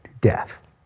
death